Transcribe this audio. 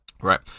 right